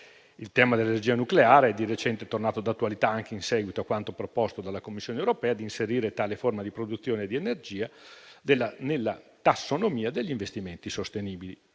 il tema dell'energia nucleare è di recente tornato d'attualità anche in seguito a quanto proposto dalla Commissione europea, di inserire tale forma di produzione di energia nella tassonomia degli investimenti sostenibili,